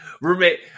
roommate